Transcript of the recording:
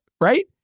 right